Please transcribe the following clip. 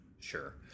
sure